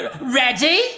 Ready